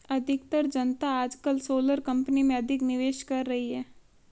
अधिकतर जनता आजकल सोलर कंपनी में अधिक निवेश कर रही है